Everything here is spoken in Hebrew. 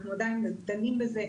אנחנו עדיין דנים בזה,